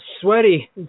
sweaty